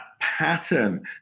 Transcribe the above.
pattern